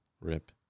Rip